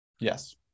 Yes